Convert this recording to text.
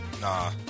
Nah